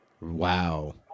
Wow